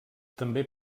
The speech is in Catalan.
també